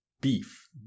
Beef